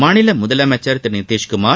மாநில முதலமைச்சர் திரு நிதிஷ்குமார்